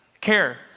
care